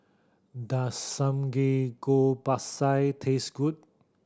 does Samgeyopsal taste good